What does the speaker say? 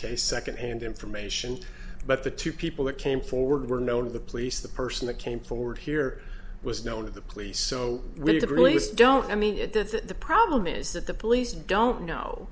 case second and information but the two people that came forward were known to the police the person that came forward here was known to the police so when the police don't i mean it that that the problem is that the police don't know